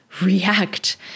react